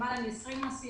למעלה מ-20 נושאים,